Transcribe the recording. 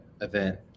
event